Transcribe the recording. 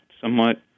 somewhat